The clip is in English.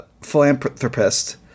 philanthropist